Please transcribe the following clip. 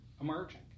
emerging